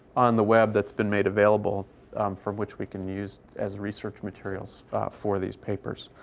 on the web that's been made available from which we can use as research materials for these papers.